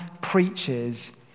preaches